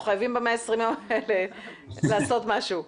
אנחנו חייבים ב-120 יום האלה לעשות משהו.